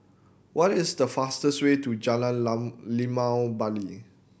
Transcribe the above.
what is the fastest way to Jalan Limau Bali